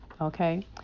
okay